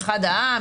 אחד העם,